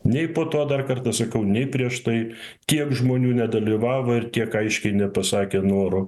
nei po to dar kartą sakau nei prieš tai kiek žmonių nedalyvavo ir tiek aiškiai nepasakė noro